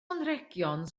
anrhegion